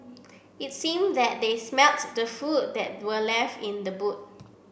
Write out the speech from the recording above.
it seemed that they smelts the food that were left in the boot